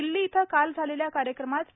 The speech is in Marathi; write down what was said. दिल्ली इथं काल झालेल्या कार्यक्रमात प्रा